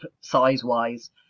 size-wise